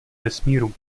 vesmíru